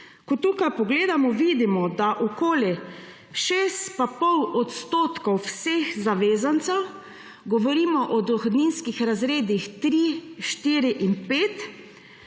Ko tukaj pogledamo, vidimo, da okoli 6,5 odstotkov vseh zavezancev, govorimo o dohodninskih razredih 3, 4, in 5,